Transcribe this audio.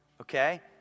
Okay